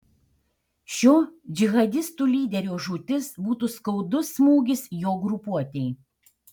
šio džihadistų lyderio žūtis būtų skaudus smūgis jo grupuotei